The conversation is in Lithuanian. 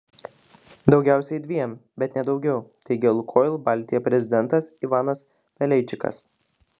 daugiausiai dviem bet ne daugiau teigė lukoil baltija prezidentas ivanas paleičikas